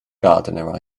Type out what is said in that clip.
gardener